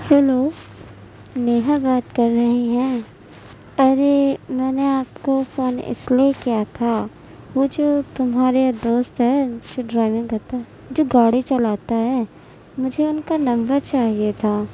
hello Neha بات کر رہی ہیں ارے میں نے آپ کو فون اس لیے کیا تھا وہ جو تمہارے دوست ہے جو ڈرائیونگ کرتا ہے جو گاڑی چلاتا ہے مجھے ان کا نمبر چاہیے تھا